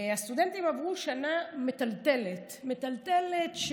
הסטודנטים עברו שנה מטלטלת, מטלטלת.